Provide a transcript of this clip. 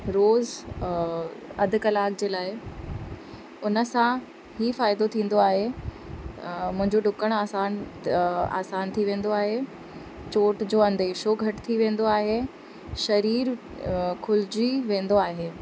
रोज़ु अध कलाक जे लाइ उन सां ई फ़ाइदो थींदो आहे मुंहिंजो डुकण आसान आसान थी वेंदो आहे चोट जो अंदेशो घटि थी वेंदो आहे शरीर खुलिजी वेंदो आहे